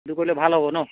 সেইটো কৰিলে ভাল হ'ব ন